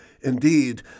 Indeed